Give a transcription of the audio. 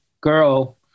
girl